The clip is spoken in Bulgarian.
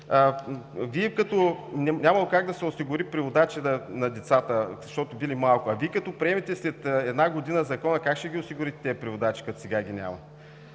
нямало как да се осигурят преводачи на децата, защото били малко. Вие като приемете след една година Закона, как ще осигурите преводачи, като сега ги няма?